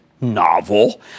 Novel